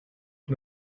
que